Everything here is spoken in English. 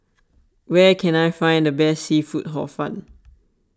where can I find the best Seafood Hor Fun